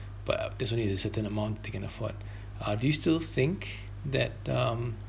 but that's only a certain amount they can afford uh do you still think that um